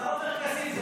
אז העופר כסיף.